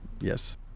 Yes